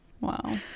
Wow